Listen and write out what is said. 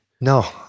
No